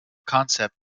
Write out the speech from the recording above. concept